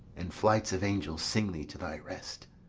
and flights of angels sing thee to thy rest!